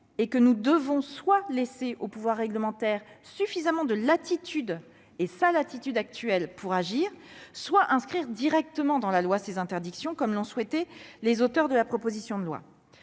est que nous devons soit laisser au pouvoir réglementaire suffisamment de latitude pour agir, soit inscrire directement dans la loi ces interdictions, comme l'ont souhaité les auteurs de la proposition de loi.